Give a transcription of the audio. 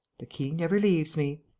the key never leaves me.